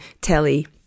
telly